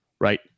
right